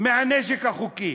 מהנשק החוקי.